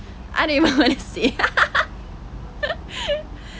I don't even wanna say